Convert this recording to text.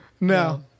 No